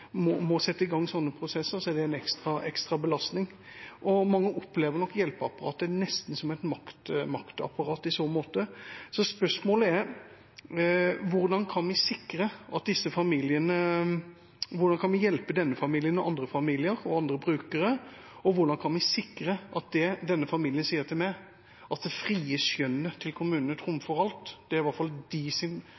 må sette i gang slike prosesser, er en ekstra belastning. Mange opplever nok hjelpeapparatet nesten som et maktapparat i så måte. Spørsmålet er: Hvordan kan vi hjelpe denne familien, andre familier og andre brukere? Det denne familien sier til meg, er at det frie skjønnet til kommunene